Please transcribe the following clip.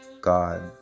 God